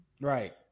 right